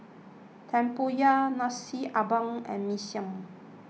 Tempoyak Nasi Ambeng and Mee Siam